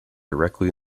directly